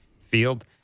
Field